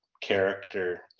character